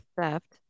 theft